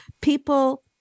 people